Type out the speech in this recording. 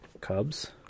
Cubs